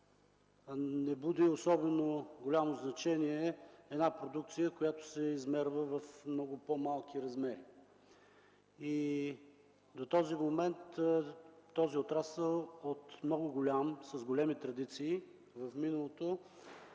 не буди особено голямо значение продукция, която се измерва в много по-малки размери. До този момент отрасълът от много голям, с много големи традиции в миналото,